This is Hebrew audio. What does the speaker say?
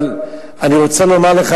אבל אני רוצה לומר לך,